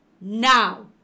now